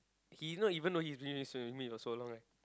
he not even know he's been with so with me for so long right